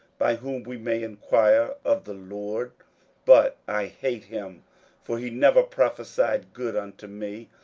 by whom we may enquire of the lord but i hate him for he never prophesied good unto me,